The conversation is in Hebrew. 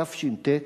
תש"ט,